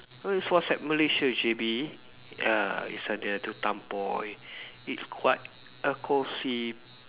oh it was at Malaysia J_B ah it's at the Tampoi it quite a cosy